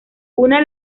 una